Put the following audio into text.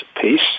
peace